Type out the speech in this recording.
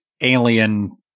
alien